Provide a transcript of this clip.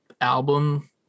album